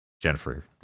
Jennifer